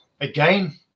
again